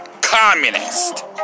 Communist